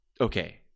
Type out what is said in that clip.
okay